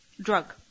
drug